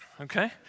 okay